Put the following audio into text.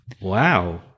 Wow